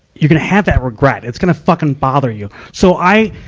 you're gonna have that regret. it's gonna fucking bother you. so i,